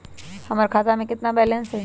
हमर खाता में केतना बैलेंस हई?